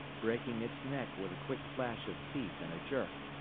breaking its neck with a quick flash of teeth and a jerk,